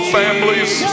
families